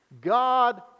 God